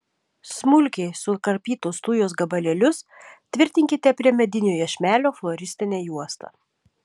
smulkiai sukarpytus tujos gabalėlius tvirtinkite prie medinio iešmelio floristine juosta